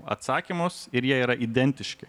atsakymus ir jie yra identiški